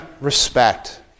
respect